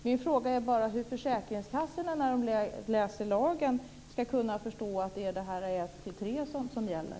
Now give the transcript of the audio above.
Min fråga är: Hur ska de vid försäkringskassorna, när de läser lagen, kunna förstå att det är en till tre månader som gäller?